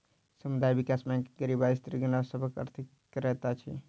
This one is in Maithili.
समुदाय विकास बैंक गरीब आ स्त्रीगण सभक आर्थिक सहायता करैत अछि